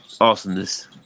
Awesomeness